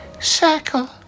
Circle